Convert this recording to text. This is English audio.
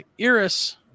Iris